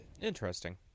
Interesting